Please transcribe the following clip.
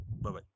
Bye-bye